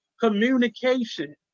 Communication